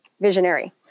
visionary